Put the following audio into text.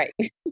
Right